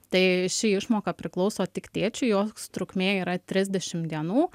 tai ši išmoka priklauso tik tėčiui jos trukmė yra trisdešimt dienų